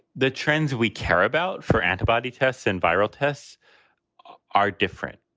the trends we care about for antibody tests and viral tests are different.